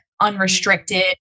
unrestricted